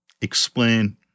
explain